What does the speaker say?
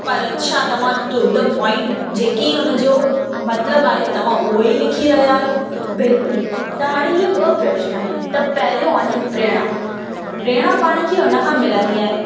पर छा तव्हां टू द पोइंट जेकी उन जो मतिलबु आहे तव्हां उहो ई लिखी रहिया आहियो बिल्कुलु त हाणे इहा ॿ प्रशन आहिनि त पहिरियों आहे प्रेरणा प्रेरणा पाण खे उन खां मिलंदी आहे